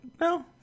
No